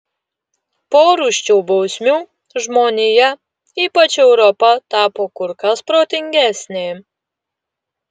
po rūsčių bausmių žmonija ypač europa tapo kur kas protingesnė